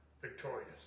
Victorious